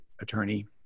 attorney